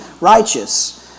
righteous